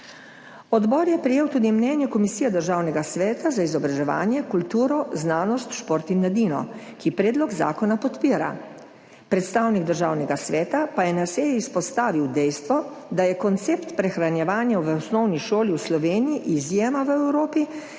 Odbor je prejel tudi mnenje Komisije Državnega sveta za izobraževanje, kulturo, znanost, šport in mladino, ki predlog zakona podpira. Predstavnik Državnega sveta pa je na seji izpostavil dejstvo, da je koncept prehranjevanja v osnovni šoli v Sloveniji izjema v Evropi